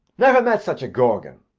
never met such a gorgon.